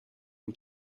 این